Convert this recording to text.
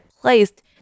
placed